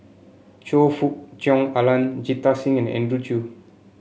Choe Fook Cheong Alan Jita Singh and Andrew Chew